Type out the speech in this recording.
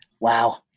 Wow